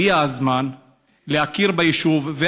הגיע הזמן להכיר ביישוב,